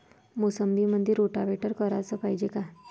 मोसंबीमंदी रोटावेटर कराच पायजे का?